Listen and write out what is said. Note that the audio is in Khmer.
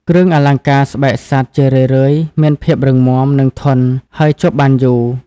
គ្រឿងអលង្ការស្បែកសត្វជារឿយៗមានភាពរឹងមាំ និងធន់ ហើយជាប់បានយូរ។